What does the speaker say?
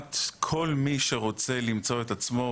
הם מגיעים לכיתה א'